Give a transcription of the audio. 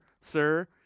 sir